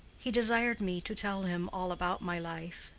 he desired me to tell him all about my life,